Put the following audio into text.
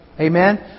Amen